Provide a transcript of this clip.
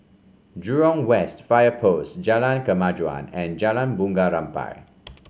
Jurong West Fire Post Jalan Kemajuan and Jalan Bunga Rampai